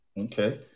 Okay